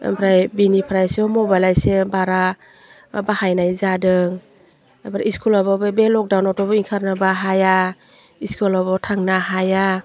आमफ्राय बेनिफ्रायसो मबाइला एसे बारा बाहायनाय जादों आमफ्राय इस्कुलाबाबो बे लकडाउनावथ' बै ओंखारनोबो हाया इस्कुलावबो थांनो हाया